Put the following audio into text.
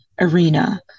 arena